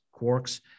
Quarks